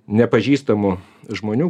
nepažįstamų žmonių